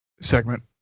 segment